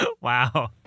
wow